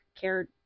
cared